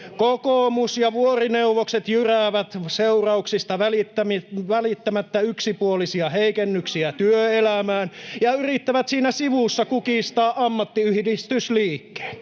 Kokoomus ja vuorineuvokset jyräävät seurauksista välittämättä yksipuolisia heikennyksiä työelämään ja yrittävät siinä sivussa kukistaa ammattiyhdistysliikkeen.